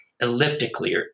elliptically